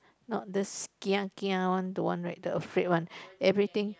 not this kia kia one don't want like the afraid one everything